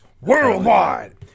worldwide